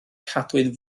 cadwyn